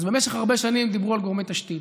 אז במשך הרבה שנים דיברו על גורמי תשתית.